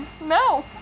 No